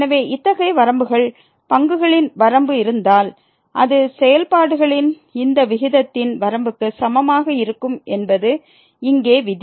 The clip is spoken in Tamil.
எனவே இத்தகைய வரம்புகள் பங்குகளின் வரம்பு இருந்தால் இது செயல்பாடுகளின் இந்த விகிதத்தின் வரம்புக்கு சமமாக இருக்கும் என்பது இங்கே விதி